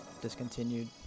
discontinued